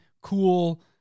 cool